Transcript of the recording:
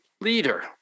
leader